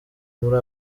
muri